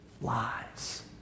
lies